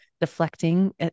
deflecting